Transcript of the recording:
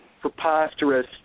preposterous